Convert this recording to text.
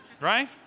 Right